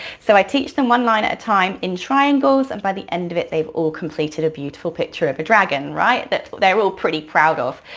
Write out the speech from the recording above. so i teach them one line at a time in triangles and by the end of it they've all completed a beautiful picture of a dragon, right, that they're all pretty proud of,